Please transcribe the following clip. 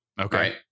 Okay